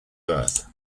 earth